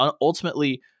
ultimately